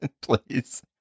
Please